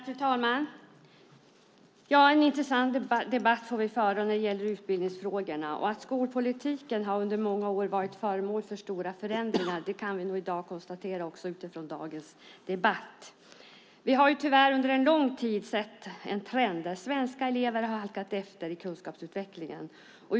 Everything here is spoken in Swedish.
Fru talman! Vi får föra en intressant debatt när det gäller utbildningsfrågorna. Att skolpolitiken under många år har varit föremål för stora förändringar kan vi i dag konstatera utifrån dagens debatt. Vi har tyvärr under lång tid sett en trend där svenska elever har halkat efter i kunskapsutvecklingen.